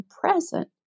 present